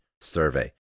survey